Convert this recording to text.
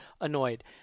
annoyed